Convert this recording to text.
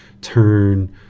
turn